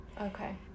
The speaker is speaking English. Okay